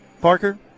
Parker